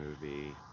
movie